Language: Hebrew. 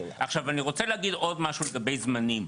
עכשיו, אני רוצה להגיד עוד משהו לגבי זמנים.